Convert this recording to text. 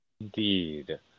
Indeed